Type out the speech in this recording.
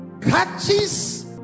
catches